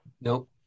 Nope